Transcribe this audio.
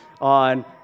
on